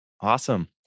Awesome